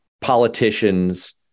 politicians